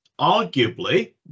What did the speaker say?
arguably